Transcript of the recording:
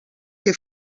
que